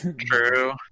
True